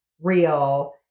real